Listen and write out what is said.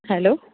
hello